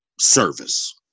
service